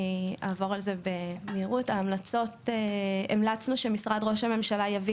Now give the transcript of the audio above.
אני אעבור על זה במהירות: המלצנו שמשרד ראש הממשלה יביא